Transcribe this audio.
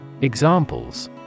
Examples